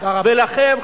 ולכם,